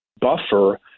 buffer